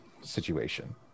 situation